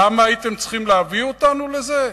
למה הייתם צריכים להביא אותנו לזה?